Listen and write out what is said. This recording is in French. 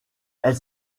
elle